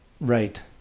Right